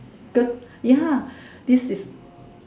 the ya this is